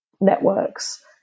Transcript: networks